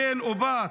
בן ובת,